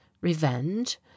revenge